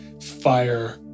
fire